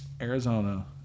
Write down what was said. Arizona